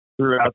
throughout